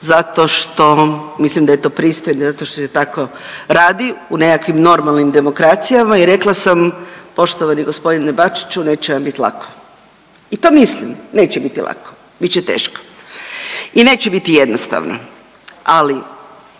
zato što mislim da je to pristojno i zato što se tako radi u nekakvim normalnim demokracijama i rekla sam poštovani g. Bačiću neće vam bit lako i to mislim, neće biti lako, bit će teško i neće biti jednostavno, ali